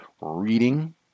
reading